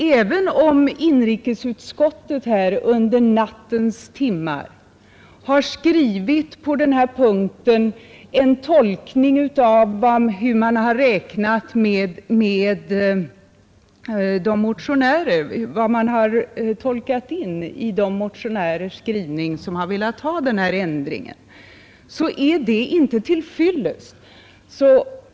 Även om utskottet under nattens timmar på den här punkten har skrivit vad man tolkat in i de motionärers skrivning, vilka velat ha denna ändring, så är detta inte till fyllest.